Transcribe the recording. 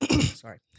Sorry